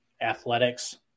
Athletics